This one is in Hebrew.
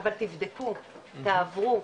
אבל תבדקו, תעברו,